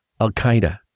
Al-Qaeda